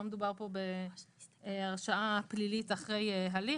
לא מדובר כאן בהרשעה פלילית אחרי הליך.